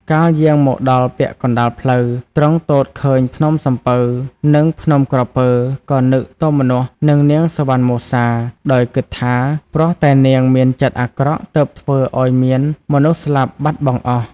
កាលយាងមកដល់ពាក់កណ្ដាលផ្លូវ ទ្រង់ទតឃើញភ្នំសំពៅ និងភ្នំក្រពើ ក៏នឹកទោមនស្សនឹងនាងសុវណ្ណមសា ដោយគិតថា ព្រោះតែនាងមានចិត្តអាក្រក់ទើបធ្វើឲ្យមានមនុស្សស្លាប់បាត់បង់អស់។